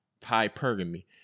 hypergamy